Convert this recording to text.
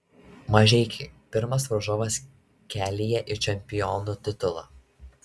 mažeikiai pirmas varžovas kelyje į čempionų titulą